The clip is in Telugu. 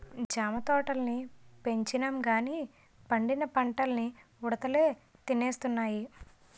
జామ తోటల్ని పెంచినంగానీ పండిన పల్లన్నీ ఉడతలే తినేస్తున్నాయి